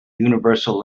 universal